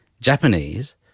Japanese